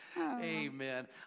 Amen